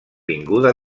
vinguda